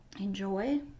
enjoy